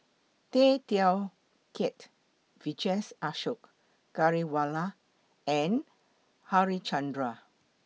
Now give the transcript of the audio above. Tay Teow Kiat Vijesh Ashok Ghariwala and Harichandra